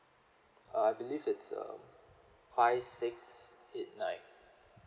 uh I believe it's uh five six eight nine